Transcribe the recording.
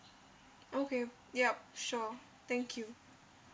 okay yup sure thank you